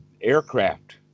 aircraft